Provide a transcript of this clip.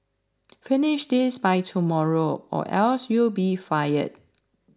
finish this by tomorrow or else you'll be fired